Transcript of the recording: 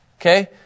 Okay